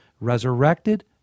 resurrected